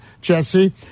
Jesse